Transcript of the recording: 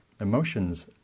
Emotions